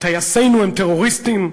"טייסינו הם טרוריסטים"